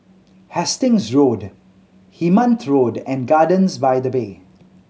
Hastings Road Hemmant Road and Gardens by the Bay